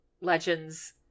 legends